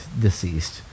deceased